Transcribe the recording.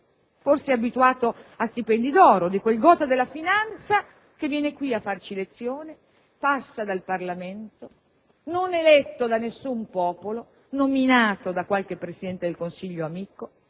forse abituato a stipendi d'oro di quel *gotha* della finanza che viene qui a farci lezioni, passa dal Parlamento, non eletto da nessun popolo, nominato da qualche Presidente del Consiglio amico.